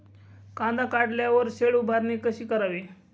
कांदा काढल्यावर शेड उभारणी कशी करावी?